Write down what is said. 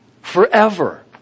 Forever